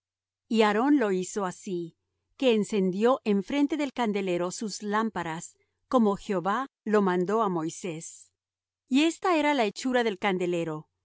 y aarón lo hizo así que encendió enfrente del candelero sus lámparas como jehová lo mandó á moisés y esta era la hechura del candelero de